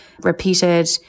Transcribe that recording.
repeated